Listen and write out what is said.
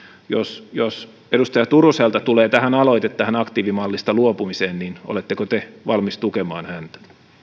jos jos edustaja turuselta tulee aloite tähän aktiivimallista luopumiseen niin oletteko te valmis tukemaan häntä